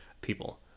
people